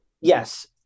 Yes